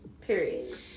Period